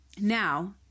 Now